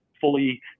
fully